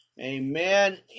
Amen